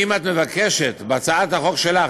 כי אם את מבקשת בהצעת החוק שלך,